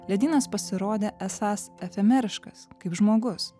ledynas pasirodė esąs efemeriškas kaip žmogus